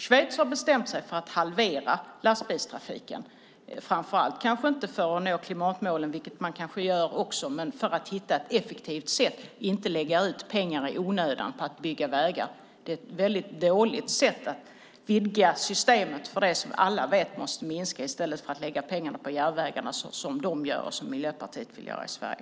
Schweiz har bestämt sig för att halvera lastbilstrafiken, kanske inte framför allt för att nå klimatmålen - vilket man kanske också gör - utan för att hitta ett effektivt sätt och inte lägga ut pengar i onödan på att bygga vägar. Det är ett dåligt sätt att vidga systemet för det som alla vet måste minska i stället för att lägga pengarna på järnvägarna som man gör i Schweiz och som Miljöpartiet vill göra i Sverige.